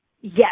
yes